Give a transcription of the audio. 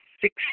six